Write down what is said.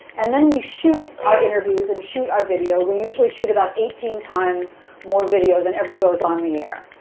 and then we shoot our interviews and shoot our video. we usually shoot about eighteen times more video than ever goes on the air.